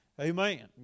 Amen